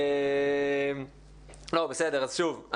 שוב,